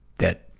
that